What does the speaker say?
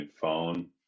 phone